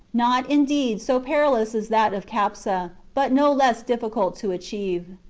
not, indeed, so perilous as that of capsa, but no less difficult to achieve.